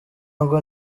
ngo